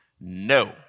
No